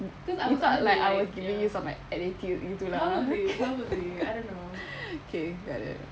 you thought like I was giving you some uh attitude gitu lah okay got it